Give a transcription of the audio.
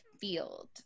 field